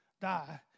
die